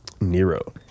Nero